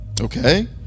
Okay